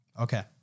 Okay